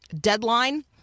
deadline